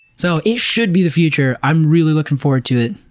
so it should be the future, i'm really looking forward to it.